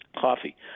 Coffee